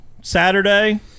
Saturday